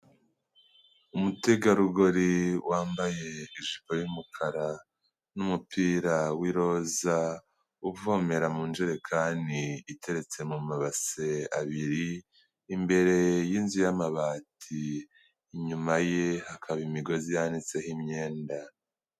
Umutegarugori wambaye ijipo y'umukara n'umupira w'iroza, uvomera mu njerekani iteretse mu mabase abiri imbere y'inzu y'amabati, inyuma ye hakaba imigozi yanitseho imyenda.